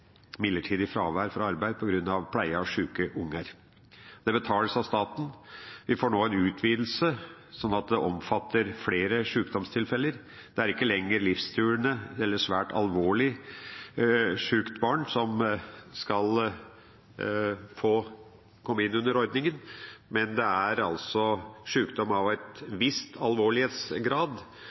midlertidig fravær fra arbeid på grunn av pleie av sjuke unger. Det betales av staten. Vi får nå en utvidelse, slik at ordningen omfatter flere sjukdomstilfeller. Det er ikke lenger livstruende eller svært alvorlig sjuke barn som skal komme inn under ordningen. Det er sjukdom av en viss alvorlighetsgrad